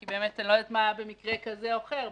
כי באמת אני לא יודעת מה היה במקרה כזה או אחר,